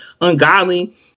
ungodly